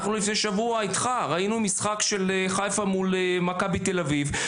לפני שבוע ביחד אתך ראינו משחק של מכבי חיפה מול מכבי תל אביב,